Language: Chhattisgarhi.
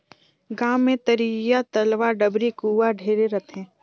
गांव मे तरिया, तलवा, डबरी, कुआँ ढेरे रथें